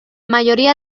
mayoría